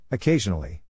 Occasionally